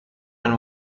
and